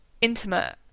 intimate